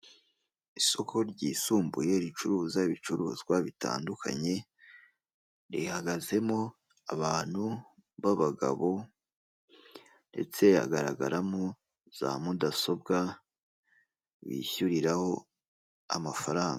Isoko ryisumbuye ricuruza ibicuruzwa bitandukanye rihagazemo abantu ba bagabo ndetse hagaragaramo za mudasobwa wishyuriraho amafaranga.